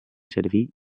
servir